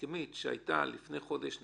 ההסכמית שהייתה לפני חודש X,